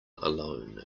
alone